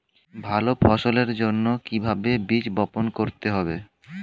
ভালো ফসলের জন্য কিভাবে বীজ বপন করতে হবে?